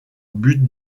but